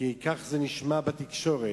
כי כך זה נשמע בתקשורת.